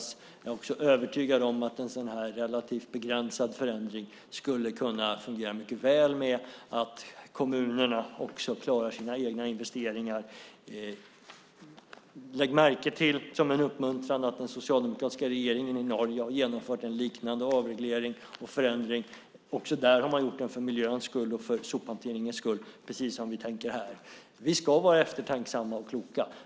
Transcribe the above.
Jag är också övertygad om att en sådan här relativt begränsad förändring skulle kunna fungera mycket väl med att kommunerna också klarar sina egna investeringar. Lägg märke till, som en uppmuntran, att den socialdemokratiska regeringen i Norge har genomfört en liknande avreglering och förändring. Också där har man gjort den för miljöns skull och för sophanteringens skull, precis som vi tänker här. Vi ska vara eftertänksamma och kloka.